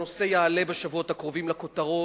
הנושא יעלה בשבועות הקרובים לכותרות,